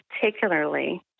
particularly